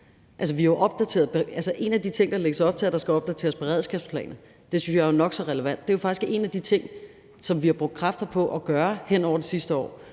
En af de ting, der lægges op til, er, at der skal opdateres beredskabsplaner, og det synes jeg jo er nok så relevant. Det er jo faktisk en af de ting, som vi har brugt kræfter på at gøre hen over det sidste år,